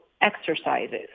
exercises